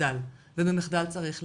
מחדל ובמחדל צריך לטפל.